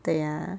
对 ah